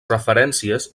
referències